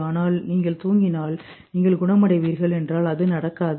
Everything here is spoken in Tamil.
ஆனால் நீங்கள் தூங்கினால் நீங்கள் குணமடைவீர்கள் என்றால் அது நடக்காது